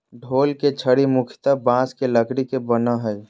ढोल के छड़ी मुख्यतः बाँस के लकड़ी के बनो हइ